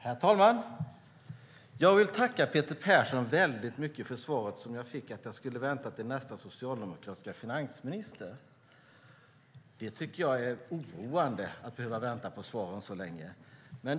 Herr talman! Jag vill tacka Peter Persson för svaret som jag fick att jag ska vänta till nästa socialdemokratiska finansminister. Det är oroande att jag ska behöva vänta på svaren så länge.